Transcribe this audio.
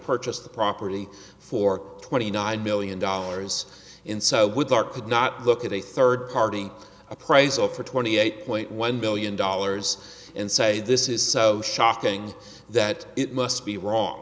purchase the property for twenty nine million dollars in so with our could not look at a third party appraisal for twenty eight point one billion dollars and say this is so shocking that it must be wrong